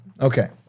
Okay